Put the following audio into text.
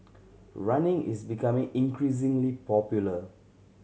running is becoming increasingly popular